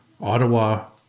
Ottawa